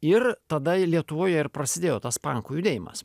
ir tada lietuvoj ir prasidėjo tas pankų judėjimas